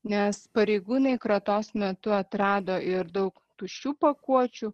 nes pareigūnai kratos metu atrado ir daug tuščių pakuočių